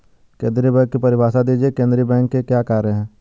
केंद्रीय बैंक की परिभाषा दीजिए केंद्रीय बैंक के क्या कार्य हैं?